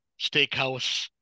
steakhouse